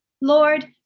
Lord